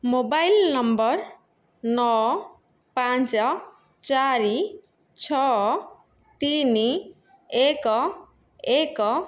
mobile number ନଅ ପାଞ୍ଚ ଚାରି ଛଅ ତିନି ଏକ ଏକ